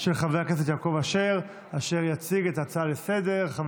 של חבר הכנסת יעקב אשר, שיציג את ההצעה לסדר-היום.